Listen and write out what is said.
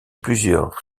plusieurs